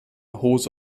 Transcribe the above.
hose